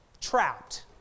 trapped